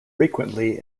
frequently